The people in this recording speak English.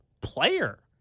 player